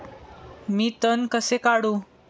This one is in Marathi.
मी तण कसे काढू?